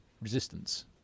resistance